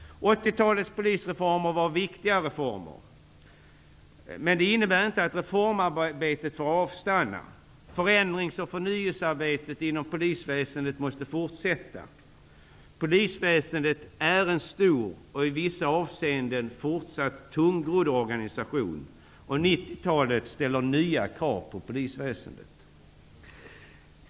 80-talets polisreformer var viktiga, men det innebär inte att reformarbetet får avstanna. Förändringsoch förnyelsearbetet inom polisväsendet måste fortsätta. Polisväsendet är en stor och i vissa avseenden fortsatt tungrodd organisation. 90-talet ställer nya krav på polisväsendet.